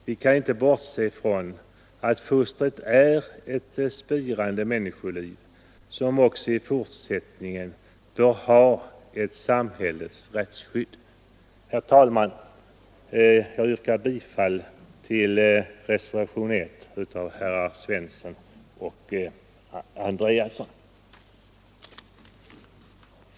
Vi kan inte bortse från att fostret är ett spirande människoliv som också i fortsättningen bör ha samhällets rättsskydd. Herr talman! Jag yrkar bifall till reservationen 1 av herrar Svensson i Kungälv och Andreasson i Östra Ljungby.